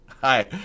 hi